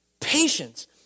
Patience